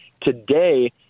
Today